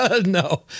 No